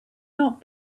not